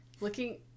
looking